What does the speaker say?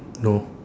no